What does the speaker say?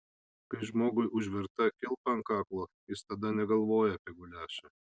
kai žmogui užnerta kilpa ant kaklo jis tada negalvoja apie guliašą